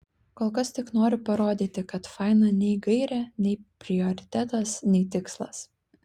kol kas tik noriu parodyti kad faina nei gairė nei prioritetas nei tikslas